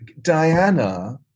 Diana